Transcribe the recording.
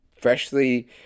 Freshly